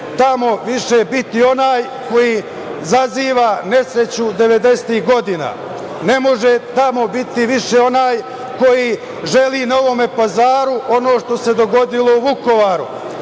tamo više biti onaj koji izaziva nesreću 90-ih godina. Ne može tamo više biti onaj koji želi Novom Pazaru ono što se dogodilo u Vukovaru.